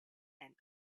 and